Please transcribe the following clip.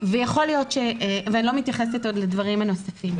ואני לא מתייחסת עוד לדברים הנוספים.